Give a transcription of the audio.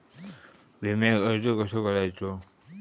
विम्याक अर्ज कसो करायचो?